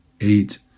eight